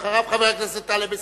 ואחריו, חבר הכנסת טלב אלסאנע.